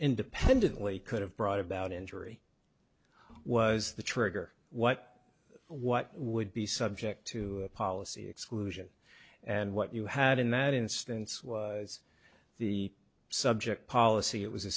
independently could have brought about injury was the trigger what what would be subject to policy exclusion and what you had in that instance was the subject policy it was a